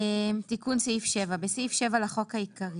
6.תיקון סעיף 7 בסעיף 7 לחוק העיקרי